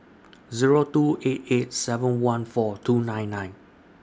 Zero two eight eight seven one four two nine nine